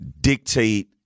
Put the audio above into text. dictate